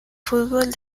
fútbol